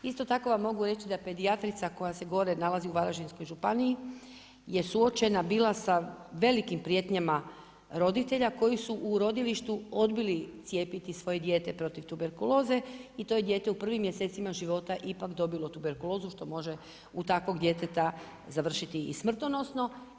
Isto tako vam mogu reći, da pedijatrica koja se gore nalazi u Varaždinskoj županiji, je suočena bila sa velikim prijetnjama roditelja, koji su u rodilištu odbili cijepiti svoje dijete protiv tuberkuloze i to je dijete u prvim mjesecima života, ipak dobila tuberkulozu, što može u takvog djeteta, završiti i smrtonosno.